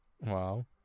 Wow